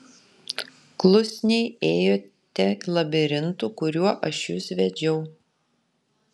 klusniai ėjote labirintu kuriuo aš jus vedžiau